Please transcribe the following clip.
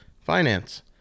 finance